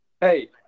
hey